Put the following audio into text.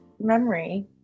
Memory